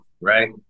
right